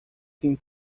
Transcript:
tem